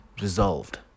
resolved